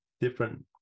different